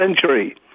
century